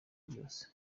byose